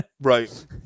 right